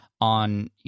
on